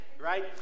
right